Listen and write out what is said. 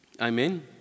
Amen